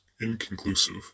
inconclusive